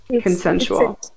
Consensual